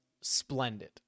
splendid